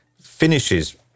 finishes